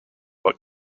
what